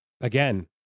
again